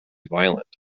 violent